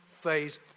phase